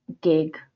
gig